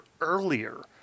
earlier